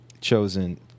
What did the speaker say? chosen